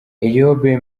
eyob